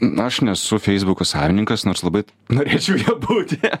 na aš nesu feisbuko savininkas nors labai norėčiau juo būti